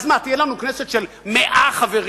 אז מה, תהיה לנו קואליציה של 100 חברים,